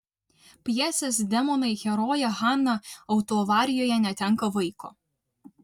pjesės demonai herojė hana autoavarijoje netenka vaiko